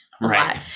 Right